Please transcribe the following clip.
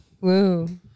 Woo